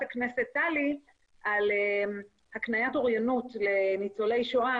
טלי פלוסקוב על הקניית אוריינות לניצולי שואה,